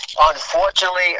unfortunately